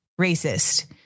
racist